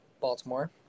Baltimore